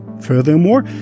Furthermore